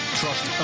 trust